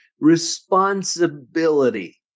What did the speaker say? responsibility